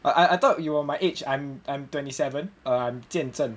I I I thought you were my age I'm I'm twenty seven uh I'm jian zheng